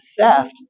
theft